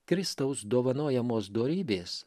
kristaus dovanojamos dorybės